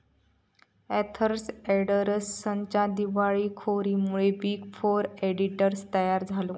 Arthur अँडरसनच्या दिवाळखोरीमुळे big four auditors तयार झाले